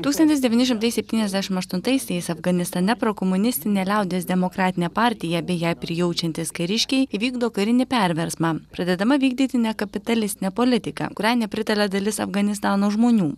tūkstantis devyni šimtai septyniasdešimt aštuntaisiais afganistane prokomunistinė liaudies demokratinė partija bei jai prijaučiantys kariškiai įvykdo karinį perversmą pradedama vykdyti nekapitalistinė politika kuriai nepritaria dalis afganistano žmonių